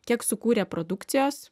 kiek sukūrė produkcijos